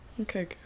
Okay